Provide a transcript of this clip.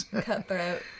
cutthroat